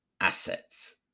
assets